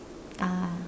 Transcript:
ah